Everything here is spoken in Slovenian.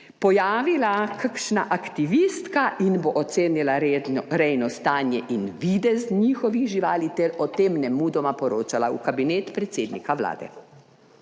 pojavila kakšna aktivistka in bo ocenila rejno stanje in videz njihovih živali ter o tem nemudoma poročala v Kabinet predsednika Vlade.